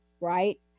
right